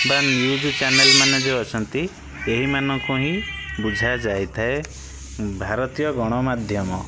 ବା news channel ମାନେ ଯେଉଁ ଅଛନ୍ତି ଏହି ମାନଙ୍କୁ ହିଁ ବୁଝା ଯାଇଥାଏ ଭାରତୀୟ ଗଣମାଧ୍ୟମ